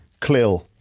CLIL